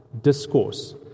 Discourse